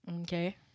Okay